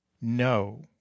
no